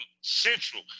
Central